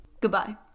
Goodbye